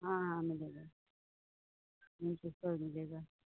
हाँ हाँ मिलेगा यहीं पे सब मिलेगा